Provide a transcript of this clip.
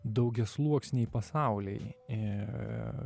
daugiasluoksniai pasauliai